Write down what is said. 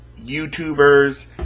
YouTubers